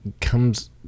comes